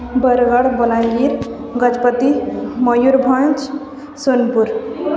Bargarh Balangir Gajapati Mayurbhanj Sonepur